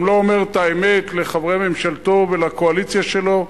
הוא גם לא אומר את האמת לחברי ממשלתו ולקואליציה שלו.